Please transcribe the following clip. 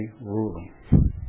ruling